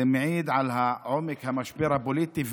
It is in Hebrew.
זה מעיד על עומק המשבר הפוליטי.